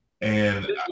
And-